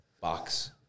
box